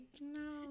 No